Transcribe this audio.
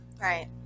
Right